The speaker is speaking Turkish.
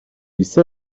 ise